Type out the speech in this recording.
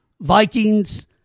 Vikings